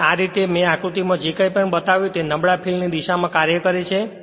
અને આ અને આ રીતે મેં આકૃતિમાં જે કંઈપણ બતાવ્યું તે નબળા ફિલ્ડ ની દિશામાં કાર્ય કરે છે